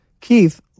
Keith